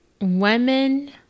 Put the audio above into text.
Women